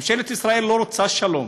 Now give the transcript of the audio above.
ממשלת ישראל לא רוצה שלום,